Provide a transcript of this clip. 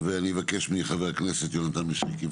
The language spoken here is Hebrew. ואני אבקש מחבר הכנסת יונתן מישרקי.